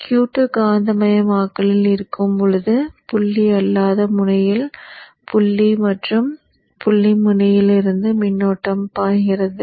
Q 2 காந்தமயமாக்கலில் இருக்கும் போது புள்ளி அல்லாத முனையில் மற்றும் புள்ளி முனையிலிருந்து மின்னோட்டம் பாய்கிறது